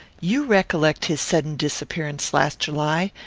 you recollect his sudden disappearance last july,